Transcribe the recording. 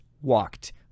walked